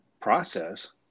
process